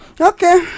okay